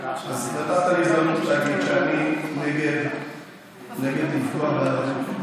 כי נתת לי הזדמנות להגיד שאני נגד לפגוע בערבים.